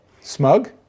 Smug